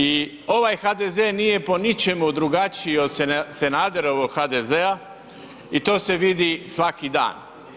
I ovaj HDZ nije po ničemu drugačiji od Sanaderovog HDZ-a i to se vidi svaki dan.